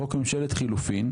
חוק ממשלת חילופים,